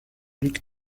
luc